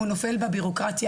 הוא נופל בבירוקרטיה.